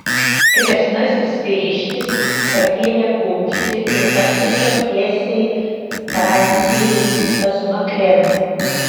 kresnasis vyriškis pakėlė kumštį ir pakišo tiesiai franciui pasmakrėn